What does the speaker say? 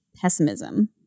pessimism